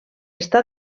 està